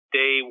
day